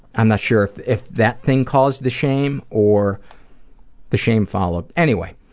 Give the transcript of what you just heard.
i'm not sure if if that thing caused the shame, or the shame followed. anyway,